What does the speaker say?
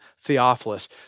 Theophilus